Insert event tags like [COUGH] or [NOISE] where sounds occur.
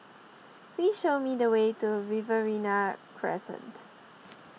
[NOISE] please show me the way to Riverina Crescent